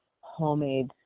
homemade